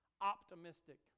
optimistic